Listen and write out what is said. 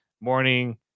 morning